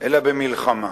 אלא במלחמה.